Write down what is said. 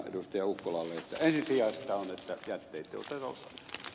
ukkolalle että ensisijaista on että jätteitä ei tuoteta